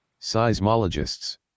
Seismologists